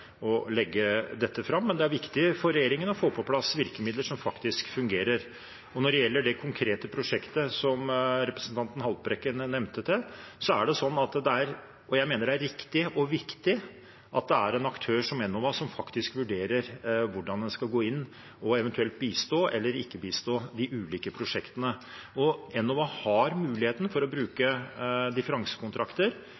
å legge dette fram, men det er viktig for regjeringen å få på plass virkemidler som faktisk fungerer. Når det gjelder det konkrete prosjektet som representanten Haltbrekken nevnte, mener jeg at det er riktig og viktig at det er en aktør som Enova som faktisk vurderer hvordan en skal gå inn og eventuelt bistå eller ikke bistå de ulike prosjektene. Enova har muligheten til å